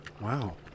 Wow